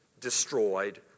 destroyed